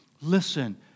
Listen